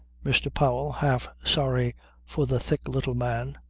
mr. powell, half sorry for the thick little man,